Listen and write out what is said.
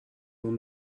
اون